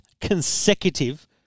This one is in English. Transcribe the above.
consecutive